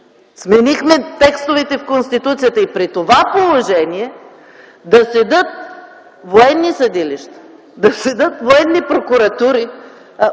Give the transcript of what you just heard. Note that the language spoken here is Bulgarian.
Сменихме текстовете в Конституцията. И при това положение да седят военни съдилища, да седят военни прокуратури